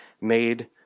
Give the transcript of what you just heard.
made